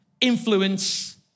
influence